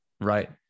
Right